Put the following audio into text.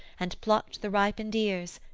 and plucked the ripened ears,